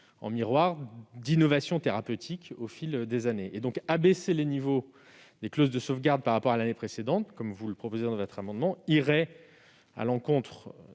en miroir d'innovations thérapeutiques au fil des années. Par conséquent, abaisser les niveaux des clauses de sauvegarde par rapport à l'année précédente, comme tend à le prévoir cet amendement, irait à l'encontre